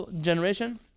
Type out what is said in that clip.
generation